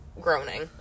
groaning